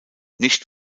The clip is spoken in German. nicht